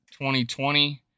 2020